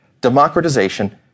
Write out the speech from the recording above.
democratization